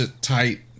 tight